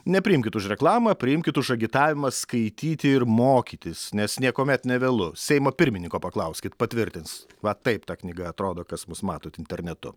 nepriimkit už reklamą priimkit už agitavimą skaityti ir mokytis nes niekuomet nevėlu seimo pirmininko paklauskit patvirtins va taip ta knyga atrodo kas mus matot internetu